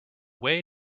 way